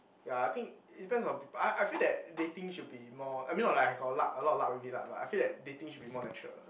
ya I think it depends on people I I feel that dating should be more I mean not like I got luck a lot of luck with it lah but I feel that dating should be more natural